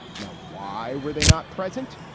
now, why were they not present?